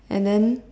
and then